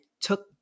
took